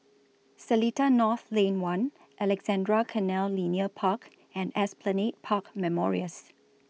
Seletar North Lane one Alexandra Canal Linear Park and Esplanade Park Memorials